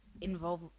involve